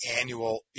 annual